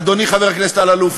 אדוני חבר הכנסת אלאלוף,